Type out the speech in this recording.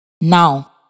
Now